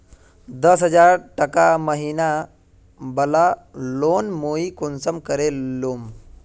दस हजार टका महीना बला लोन मुई कुंसम करे लूम?